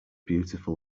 beautiful